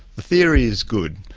the theory is good.